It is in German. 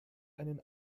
einen